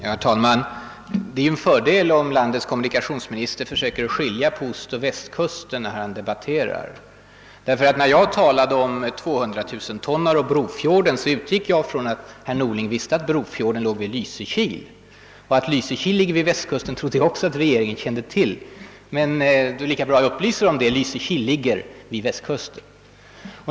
Herr talman! Det är en fördel om landets kommunikationsminister försöker skilja på Östoch Västkusten när han debatterar. När jag talade om 200 000-tonnare i Brofjorden utgick jag från att herr Norling visste att Brofjorden låg vid Lysekil. Och att Lysekil ligger vid Västkusten trodde jag också att regeringen kände till. Men det är väl lika bra att jag upplyser om det: Lysekil ligger vid Västkusten.